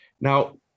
Now